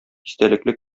истәлекле